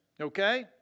Okay